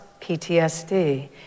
PTSD